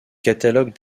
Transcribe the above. catalogue